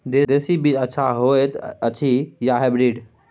देसी बीज अच्छा होयत अछि या हाइब्रिड?